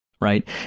Right